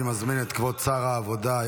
אני מזמין את כבוד שר העבודה,